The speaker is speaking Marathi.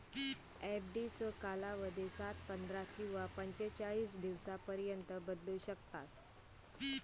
एफडीचो कालावधी सात, पंधरा किंवा पंचेचाळीस दिवसांपर्यंत बदलू शकता